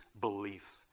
belief